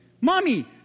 Mommy